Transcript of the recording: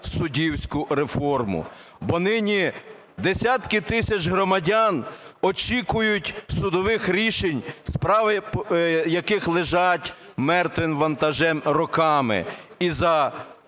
суддівську реформу. Бо нині десятки тисяч громадян очікують судових рішень, справи яких лежать мертвим вантажем роками із-за